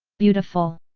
beautiful!